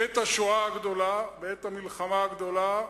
בעת השואה הגדולה, בעת המלחמה הגדולה,